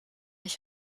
ich